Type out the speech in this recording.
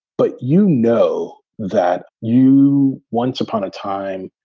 but you know that you once upon a time,